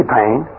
pain